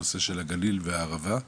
הנושא של הגליל והערבה,